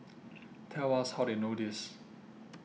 tell us how they know this